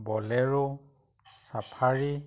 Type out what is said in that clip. bolero safari